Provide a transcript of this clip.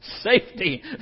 Safety